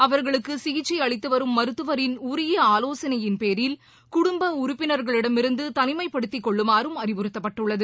அவர்களுக்குசிகிச்சைஅளித்துவரும் மருத்துவரின் உரியஆலோசனையின் பேரில் குடும்பஉறுப்பினர்களிடமிருந்துதனிமைப்படுத்திக்கொள்ளுமாறும் அறிவுறுத்தப்பட்டுள்ளது